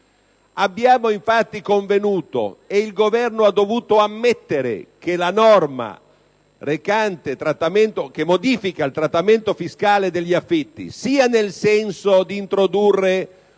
Abbiamo infatti convenuto, ed il Governo ha dovuto ammettere, che la norma che modifica il trattamento fiscale degli affitti - sia nel senso di introdurre